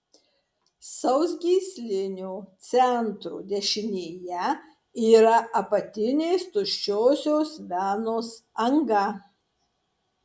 sausgyslinio centro dešinėje yra apatinės tuščiosios venos anga